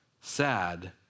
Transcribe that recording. sad